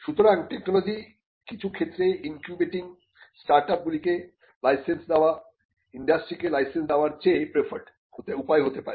সুতরাং টেকনোলজি র কিছু ক্ষেত্রে ইনকিউবেটিং স্টার্টআপগুলিকে লাইসেন্স দেওয়া ইন্ডাস্ট্রিকে লাইসেন্স দেয়ার চেয়ে প্রেফারড উপায় হতে পারে